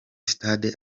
sitade